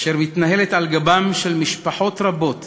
אשר מתנהלת על גבן של משפחות רבות,